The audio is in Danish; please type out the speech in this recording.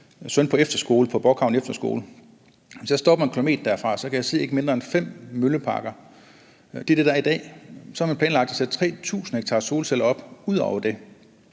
søn på Bork Havn Efterskole, kan jeg, når jeg står 1 km derfra, se ikke mindre end fem mølleparker. Det er det, der er i dag, og så har man planlagt at sætte 3.000 ha solceller op ud over det.